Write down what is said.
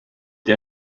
der